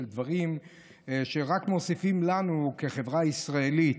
של דברים שרק מוסיפים לנו בחברה הישראלית.